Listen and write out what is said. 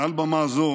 מעל במה זו